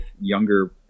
younger